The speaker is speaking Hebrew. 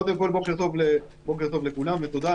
בוקר טוב לכולם, ותודה.